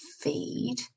feed